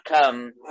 come